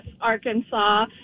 Arkansas